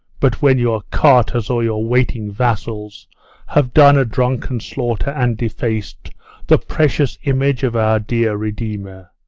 but when your carters or your waiting-vassals have done a drunken slaughter, and defac'd the precious image of our dear redeemer,